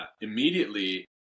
immediately